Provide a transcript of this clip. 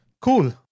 Cool